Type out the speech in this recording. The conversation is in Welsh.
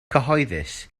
cyhoeddus